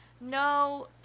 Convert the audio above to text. no